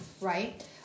right